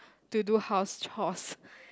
to do house chores